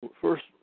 First